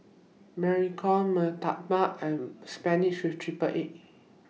Mee Tai Mak and Spinach with Triple Egg